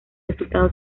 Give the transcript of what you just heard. resultado